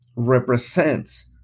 represents